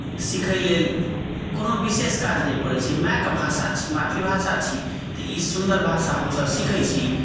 सिखय लेल कोनो विशेष काज नहि पड़ैत छै मायके भाषा छी मातृभाषा छी तऽ ई सुन्दर भाषा हमसभ सीखैत छी